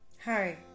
Hi